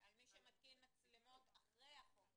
--- על מי שמתקין מצלמות אחרי החוק הזה.